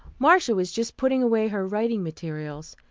marcia was just putting away her writing materials.